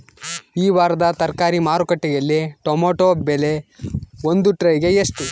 ಈ ವಾರದ ತರಕಾರಿ ಮಾರುಕಟ್ಟೆಯಲ್ಲಿ ಟೊಮೆಟೊ ಬೆಲೆ ಒಂದು ಟ್ರೈ ಗೆ ಎಷ್ಟು?